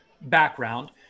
background